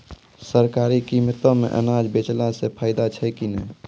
सरकारी कीमतों मे अनाज बेचला से फायदा छै कि नैय?